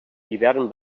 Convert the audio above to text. hivern